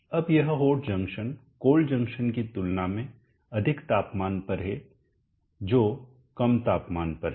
अब यह hot junction cold junction की तुलना में अधिक तापमान पर है जो कम तापमान पर है